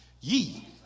ye